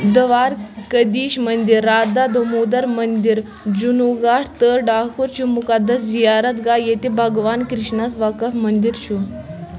دوارکدیش مٔنٛدِر رادھا دامودھر مٔنٛدِرجُوناگڑھ تہٕ ڈاکور چھ مُقدس زیارت گاہ ییٚتہِ بھگوان کرشنَس وقف مٔنٛدِر چھُ